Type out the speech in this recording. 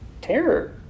terror